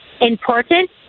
important